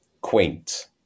quaint